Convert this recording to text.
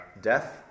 death